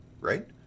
right